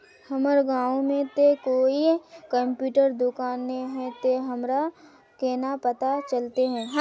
हमर गाँव में ते कोई कंप्यूटर दुकान ने है ते हमरा केना पता चलते है?